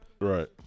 Right